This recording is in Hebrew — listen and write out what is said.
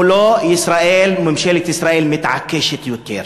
מולו ישראל וממשלת ישראל מתעקשת יותר.